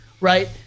right